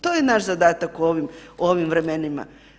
To je naš zadatak u ovim vremenima.